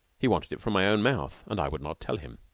he wanted it from my own mouth, and i would not tell him.